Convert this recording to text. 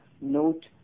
note